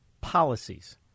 policies